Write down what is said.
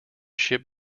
ship